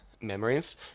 memories